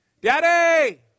daddy